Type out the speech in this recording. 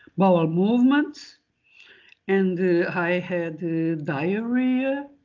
bowel movements and i had diarrhea